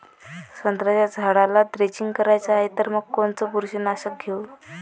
संत्र्याच्या झाडाला द्रेंचींग करायची हाये तर मग कोनच बुरशीनाशक घेऊ?